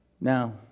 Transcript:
now